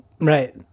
right